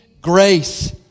grace